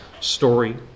story